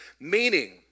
meaning